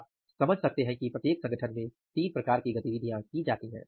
आप समझ सकते हैं कि प्रत्येक संगठन में 3 विभिन्न प्रकार की गतिविधियाँ की जाती है